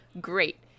great